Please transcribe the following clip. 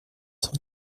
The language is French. cent